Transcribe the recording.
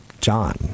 John